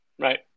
Right